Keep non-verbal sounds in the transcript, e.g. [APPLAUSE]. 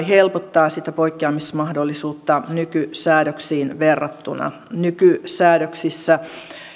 [UNINTELLIGIBLE] helpottaa sitä poikkeamismahdollisuutta nykysäädöksiin verrattuna nykysäädöksissä